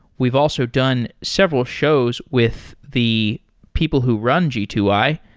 we've also done several shows with the people who run g two i,